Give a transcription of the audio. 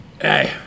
hey